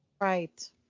Right